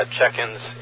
check-ins